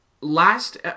Last